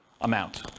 amount